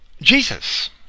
Jesus